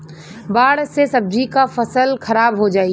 बाढ़ से सब्जी क फसल खराब हो जाई